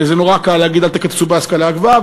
זה נורא קל להגיד: אל תקצצו בהשכלה הגבוהה,